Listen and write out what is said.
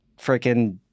freaking